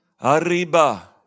Arriba